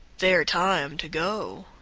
their time to go!